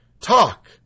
Talk